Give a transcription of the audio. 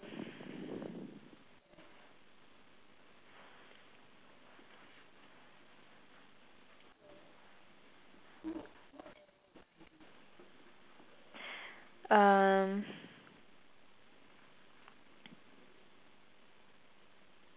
um